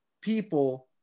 people